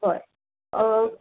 होय